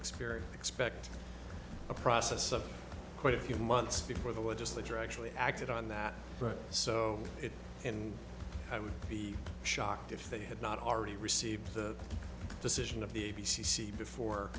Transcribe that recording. experience expect a process of quite a few months before the legislature actually acted on that so and i would be shocked if they had not already received the decision of the a b c before